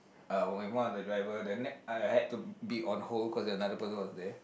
uh with one of the driver then n~ I had to be on hold cause another person was there